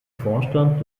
vorstand